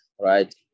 right